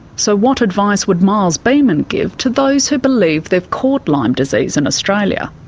so what advice would miles beaman give to those who believe they've caught lyme disease in australia?